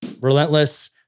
relentless